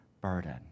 burden